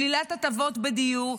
שלילת הטבות בדיור,